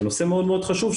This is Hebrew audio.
ונושא מאוד מאוד חשוב,